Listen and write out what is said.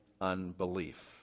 unbelief